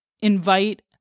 invite